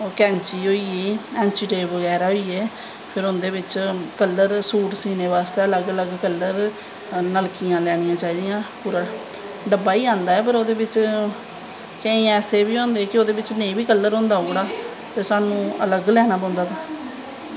कैंची होई ऐँची टेप बगैरा ते उंदे बिच्च सूट सीनें बास्तै अलग अलग कल्लर नलकियां लैनियां चाही दियां बड्डा गै आंदा ऐ पर ओह्दे बिच्च केंई ऐसी बी होंदे कि उंदे बिच्च नेंई बी कल्लर होंदा ओह्कड़ा ते स्हानू अलग लैनां पौंदा